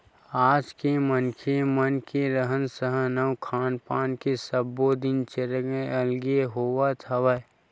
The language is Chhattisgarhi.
आज के मनखे मन के रहन सहन अउ खान पान के सब्बो दिनचरया अलगे होवत हवय